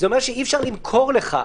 זה אומר שאי אפשר למכור לך,